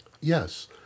Yes